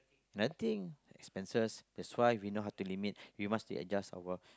nothing expenses that's why we know how to limit you must to adjust our